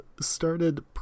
started